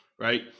right